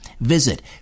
Visit